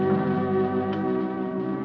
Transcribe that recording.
do